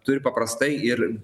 turi paprastai ir